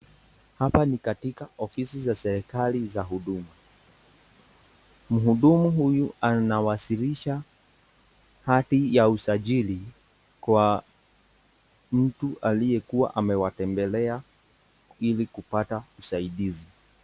Hapa ni katika ofisi za serikali za huduma. Mhudumu huyu anawasilisha hati ya usajili kwa mtu aliyekuwa amewatembelea ili kupata usaidizi.